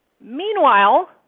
Meanwhile